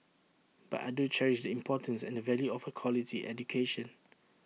but I do cherish the importance and the value of A quality education